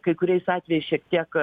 kai kuriais atvejais šiek tiek